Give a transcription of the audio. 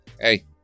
Hey